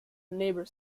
neighbour